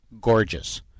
gorgeous